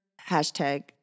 hashtag